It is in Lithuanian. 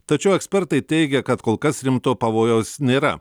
tačiau ekspertai teigia kad kol kas rimto pavojaus nėra